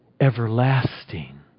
Everlasting